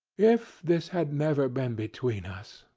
if this had never been between us,